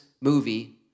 movie